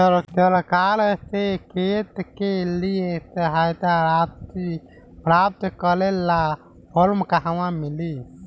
सरकार से खेत के लिए सहायता राशि प्राप्त करे ला फार्म कहवा मिली?